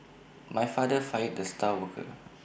my father fired the star worker